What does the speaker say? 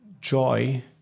joy